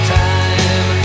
time